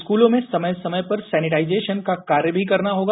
स्कूलों में समय समय पर सैनिटाइजेशन का कार्य भी करना होगा